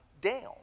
down